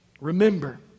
Remember